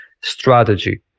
strategy